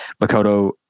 Makoto